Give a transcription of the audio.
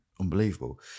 unbelievable